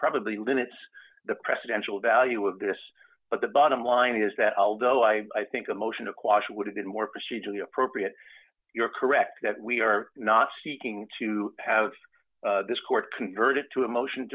probably limits the presidential value of this but the bottom line is that although i think a motion to quash would have been more procedurally appropriate you're correct that we are not seeking to have this court converted to a motion